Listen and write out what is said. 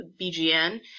BGN